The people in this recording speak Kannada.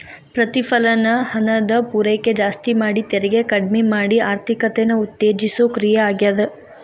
ಪ್ರತಿಫಲನ ಹಣದ ಪೂರೈಕೆ ಜಾಸ್ತಿ ಮಾಡಿ ತೆರಿಗೆ ಕಡ್ಮಿ ಮಾಡಿ ಆರ್ಥಿಕತೆನ ಉತ್ತೇಜಿಸೋ ಕ್ರಿಯೆ ಆಗ್ಯಾದ